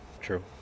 True